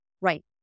Right